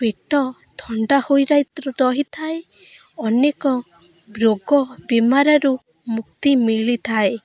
ପେଟ ଥଣ୍ଡା ହୋଇରହିତ୍ର ରହିଥାଏ ଅନେକ ରୋଗ ବେମାରରୁ ମୁକ୍ତି ମିଳିଥାଏ